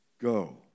Go